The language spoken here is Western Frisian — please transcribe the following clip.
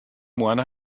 moanne